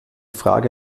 frage